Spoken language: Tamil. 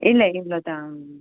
இல்லை இவ்வளோதான்